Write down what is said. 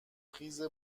خیز